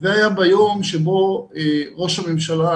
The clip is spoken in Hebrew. זה היה ביום שבו ראש הממשלה,